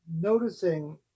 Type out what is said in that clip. noticing